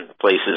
places